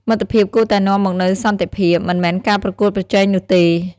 មិត្តភាពគួរតែនាំមកនូវសន្តិភាព មិនមែនការប្រកួតប្រជែងនោះទេ។